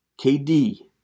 KD